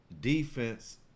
defense